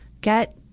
get